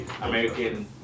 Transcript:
American